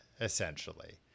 essentially